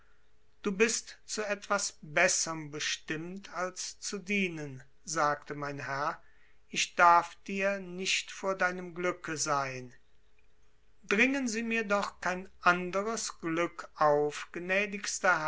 du bist zu etwas besserm bestimmt als zu dienen sagte mein herr ich darf dir nicht vor deinem glücke sein dringen sie mir doch kein anderes glück auf gnädigster